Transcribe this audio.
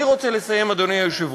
אני רוצה לסיים, אדוני היושב-ראש.